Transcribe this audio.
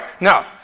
Now